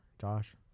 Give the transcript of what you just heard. Josh